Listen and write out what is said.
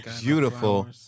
Beautiful